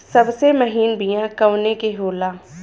सबसे महीन बिया कवने के होला?